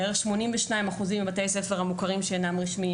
בערך 82% מבתי הספר המוכרים שאינם רשמיים